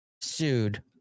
sued